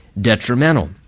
detrimental